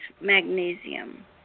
magnesium